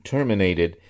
Terminated